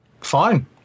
Fine